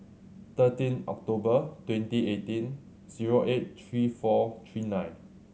thirteen October twenty eighteen zero eight three four three nine